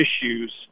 issues